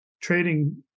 trading